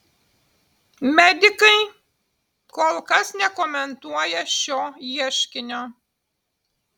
medikai kol kas nekomentuoja šio ieškinio